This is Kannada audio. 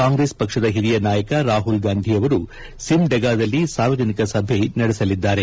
ಕಾಂಗ್ರೆಸ್ ಪಕ್ಷದ ಹಿರಿಯ ನಾಯಕ ರಾಹುಲ್ ಗಾಂಧಿಯವರು ಸಿಮ್ಡೆಗಾದಲ್ಲಿ ಸಾರ್ವಜನಿಕ ಸಭೆ ನಡೆಸಲಿದ್ದಾರೆ